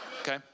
okay